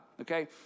okay